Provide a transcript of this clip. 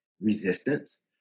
resistance